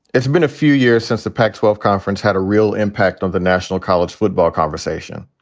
it's been a few years since the pac twelve conference had a real impact on the national college football conversation.